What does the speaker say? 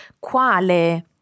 quale